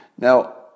Now